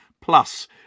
plus